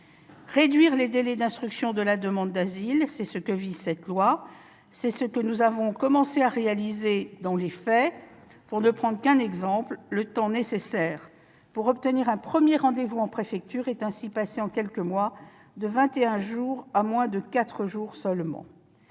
Réduire les délais d'instruction de la demande d'asile, c'est ce que vise ce projet de loi, et c'est aussi ce que nous avons commencé à réaliser dans les faits. Pour ne prendre qu'un exemple, le temps nécessaire pour obtenir un premier rendez-vous en préfecture est ainsi passé en quelques mois de vingt et un jours à moins de quatre jours seulement.